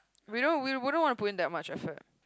we don't we don't want to put in that much effort